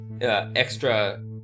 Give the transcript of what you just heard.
Extra